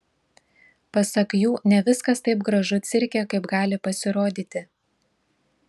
pasak jų ne viskas taip gražu cirke kaip gali pasirodyti